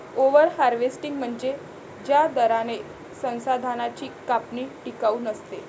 over harvesting म्हणजे ज्या दराने संसाधनांची कापणी टिकाऊ नसते